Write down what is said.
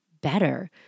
better